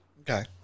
Okay